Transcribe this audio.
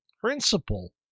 principle